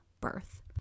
birth